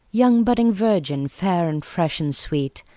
young budding virgin, fair and fresh and sweet,